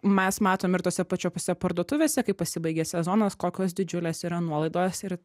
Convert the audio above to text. mes matom ir tose pačiopse parduotuvėse kai pasibaigia sezonas kokios didžiulės yra nuolaidos ir